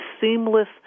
seamless